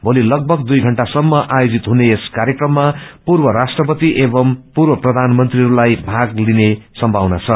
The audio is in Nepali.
भोली लगभग दुई घण्टासम्म आयोजित हुने यस कार्यक्रममा पूर्व राष्ट्रपति एवम पूर्व प्रधानमंत्रीहरूले भाग लिने सम्थावना छ